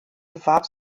bewarb